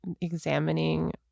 examining